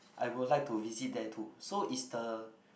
I would like to visit there too so is the